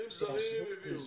עובדים זרים הביאו,